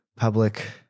public